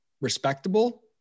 respectable